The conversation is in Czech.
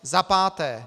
Za páté.